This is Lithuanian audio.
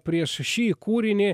prieš šį kūrinį